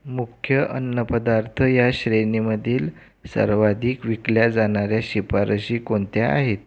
मुख्य अन्नपदार्थ या श्रेणीमधील सर्वाधिक विकल्या जाणाऱ्या शिफारशी कोणत्या आहेत